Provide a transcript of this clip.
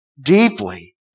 deeply